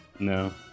no